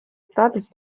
статус